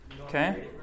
okay